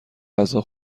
غذا